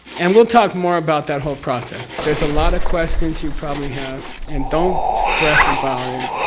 and we'll talk more about that whole process. there's a lot of questions you probably have, and don't stress about it.